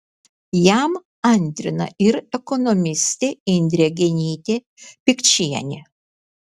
jam antrina ir ekonomistė indrė genytė pikčienė